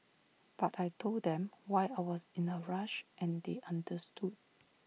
but I Told them why I was in A rush and they understood